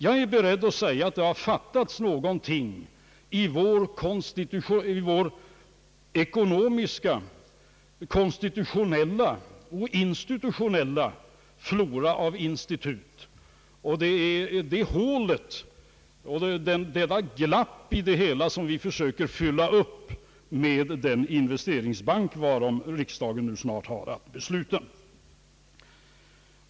Jag är beredd att säga, att det har fattats någonting i vår ekonomiska konstitutionella och institutionella flora av institut, och det är det hålet, det ta glapp i det hela, som vi försöker fylla upp med en investeringsbank, varom riksdagen nu snart har att besluta.